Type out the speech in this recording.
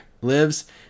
lives